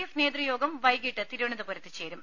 F നേതൃയോഗം വൈകിട്ട് തിരുവനന്തപുരത്ത് ചേരും